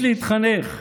להתחנך,